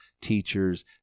teachers